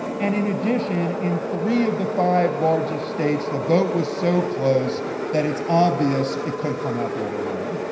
and in addition in three of the five largest states, the vote was so close that it's obvious it could have come out the other way.